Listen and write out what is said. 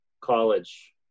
college